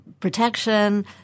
protection